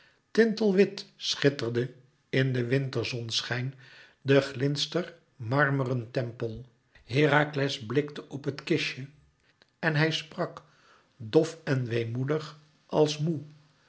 hemel tintelwit schitterde in den winterzonschijn de glinstermarmeren tempel herakles blikte op het kistje en hij sprak dof en weemoedig als moê